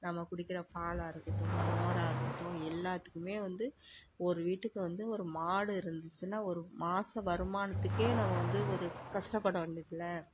நம்ம குடிக்கிற பால்லாம் இருக்கட்டும் மோராக இருக்கட்டும் எல்லாத்துக்கும் வந்து ஒரு வீட்டுக்கு வந்து ஒரு மாடு இருந்துச்சுனா ஒரு மாத வருமானத்துக்கு நம்ம வந்து ஒரு கஷ்டப்பட வேண்டியது இல்லை